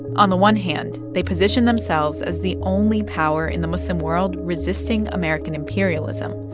on the one hand, they position themselves as the only power in the muslim world resisting american imperialism.